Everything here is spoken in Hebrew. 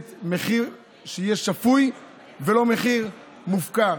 במחיר שפוי ולא במחיר מופקע.